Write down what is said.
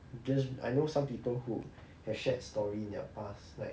again I know some people who have shared story in their past like